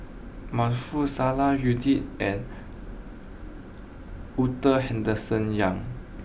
Maarof Salleh Yuni and Henderson young